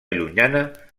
llunyana